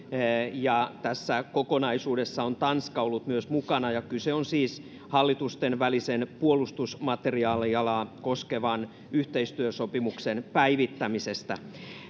ja tässä kokonaisuudessa on myös tanska ollut mukana kyse on siis hallitusten välisen puolustusmateriaalialaa koskevan yhteistyösopimuksen päivittämisestä